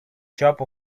job